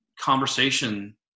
conversation